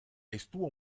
estuvo